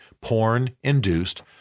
Porn-Induced